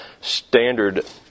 standard